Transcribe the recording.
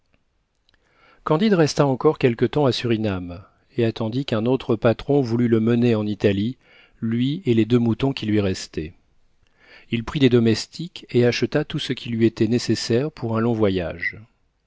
candide resta encore quelque temps à surinam et attendit qu'un autre patron voulût le mener en italie lui et les deux moutons qui lui restaient il prit des domestiques et acheta tout ce qui lui était nécessaire pour un long voyage